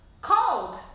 cold